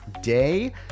day